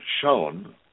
shown